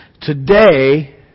Today